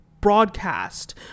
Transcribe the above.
broadcast